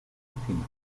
medicina